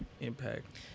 impact